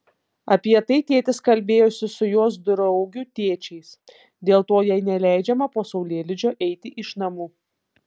apie tai tėtis kalbėjosi su jos draugių tėčiais dėl to jai neleidžiama po saulėlydžio eiti iš namų